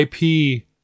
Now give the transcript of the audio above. IP